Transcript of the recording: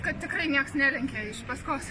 kad tikrai niekas nelenkia iš paskos